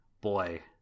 boy